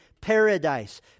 paradise